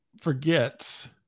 forgets